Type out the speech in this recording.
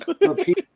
Repeat